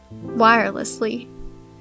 wirelessly